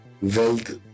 wealth